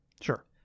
Sure